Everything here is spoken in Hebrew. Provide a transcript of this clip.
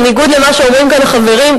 בניגוד למה שאומרים כאן החברים,